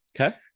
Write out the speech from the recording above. Okay